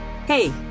Hey